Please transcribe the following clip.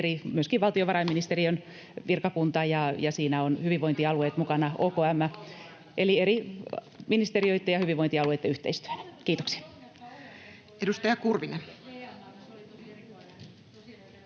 myöskin valtiovarainministeriön virkakuntaa, ja siinä on hyvinvointialueet mukana, OKM, eli eri ministeriöitten ja hyvinvointialueitten yhteistyönä. — Kiitoksia.